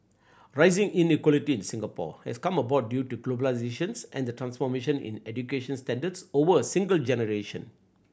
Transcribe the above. rising inequality in Singapore has come about due to globalisation and the transformation in education standards over a single generation